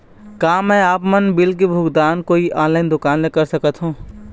का मैं आपमन बिल के भुगतान कोई ऑनलाइन दुकान कर सकथों?